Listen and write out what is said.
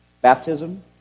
baptism